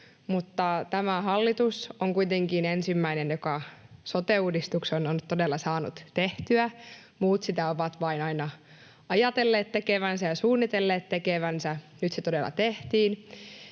mutta tämä hallitus on kuitenkin ensimmäinen, joka sote-uudistuksen on todella saanut tehtyä. Muut sitä ovat vain aina ajatelleet tekevänsä ja suunnitelleet tekevänsä, nyt se todella tehtiin.